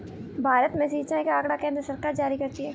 भारत में सिंचाई का आँकड़ा केन्द्र सरकार जारी करती है